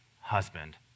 husband